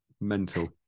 mental